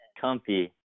comfy